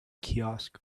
kiosk